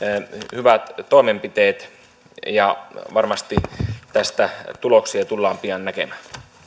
hyvät toimenpiteet varmasti tästä tuloksia tullaan pian näkemään